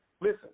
listen